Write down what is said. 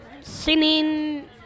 singing